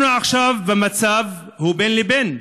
אנחנו עכשיו במצב שהוא בין לבין.